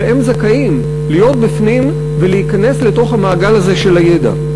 והם זכאים להיות בפנים ולהיכנס לתוך המעגל הזה של הידע.